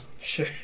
Sure